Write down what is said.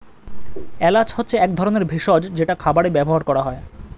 এলাচ হচ্ছে এক ধরনের ভেষজ যেটা খাবারে ব্যবহার করা হয়